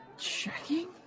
checking